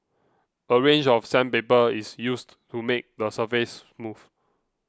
a range of sandpaper is used to make the surface smooth